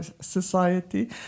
society